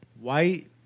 white